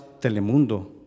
Telemundo